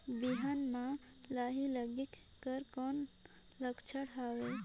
बिहान म लाही लगेक कर कौन लक्षण हवे?